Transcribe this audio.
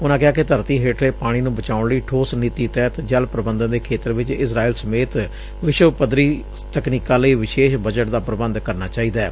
ਉਨੁਾਂ ਕਿਹਾ ਕਿ ਧਰਤੀ ਹੇਠਲੇ ਪਾਣੀ ਨੂੰ ਬਚਾਉਣ ਲਈ ਠੋਸ ਨੀਤੀ ਤਹਿਤ ਜਲ ਪ੍ਰਬੰਧਨ ਦੇ ਖੇਤਰ ਚ ਇਜਰਾਇਲ ਸਮੇਤ ਵਿਸ਼ਵ ਪੱਧਰੀ ਤਕਨੀਕਾਂ ਲਈ ਵਿਸ਼ੇਸ਼ ਬਜਟ ਦਾ ਪ੍ਬੰਧ ਕਰਨਾ ਚਾਹੀਦੈ